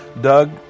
Doug